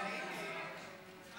ללא מתנגדים וללא נמנעים.